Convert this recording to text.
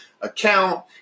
account